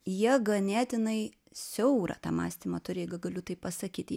jie ganėtinai siaurą tą mąstymą turi jeigu galiu taip pasakyti